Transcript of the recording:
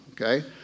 okay